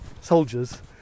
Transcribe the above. soldiers